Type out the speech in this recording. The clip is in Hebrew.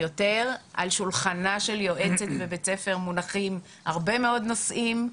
על שולחנה של יועצת בבית ספר מונחים הרבה מאוד נושאים.